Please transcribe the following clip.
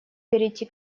перейти